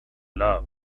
love